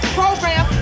program